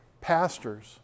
pastors